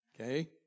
Okay